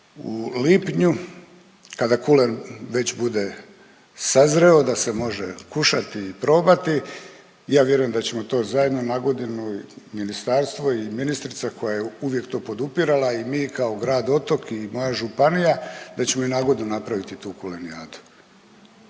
u lipnju kada kulen već bude sazreo da se može kušati i probati. Ja vjerujem da ćemo to zajedno na godinu i ministarstvo i ministrica koja uvijek to podupirala i mi kao grad Otok i moja županija, da ćemo i na godinu napraviti tu kulenijadu.